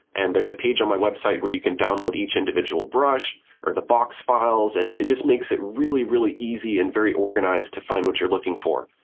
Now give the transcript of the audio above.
and there's a page on my website where you can download each individual brush or the box files and it just makes it really, really easy and very organized to find what you're looking for.